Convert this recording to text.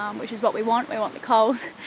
um which is what we want, we want the coals,